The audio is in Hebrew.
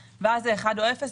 ואז זה אחד או אפס,